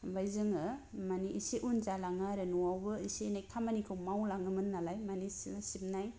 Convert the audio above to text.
ओमफ्राय जोंङो मानि एसे उन जालांङो आरो न'आवबो एसे एनै खामानिखौ मावलांङोमोन नालाय माने सिथ्ला सिबनाय